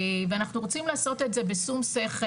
ואנחנו רוצים לעשות את זה בשכל,